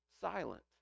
silent